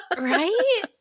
Right